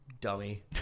dummy